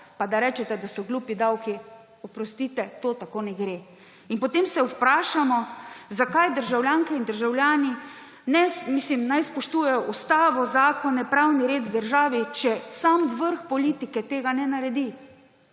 pa da rečete, da so glupi davki. Oprostite, to tako ne gre. In potem se vprašamo, zakaj državljanke in državljani ne spoštujejo ustave, zakonov, pravnega reda v državi, če sam vrh politike tega ne naredi!